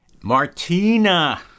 Martina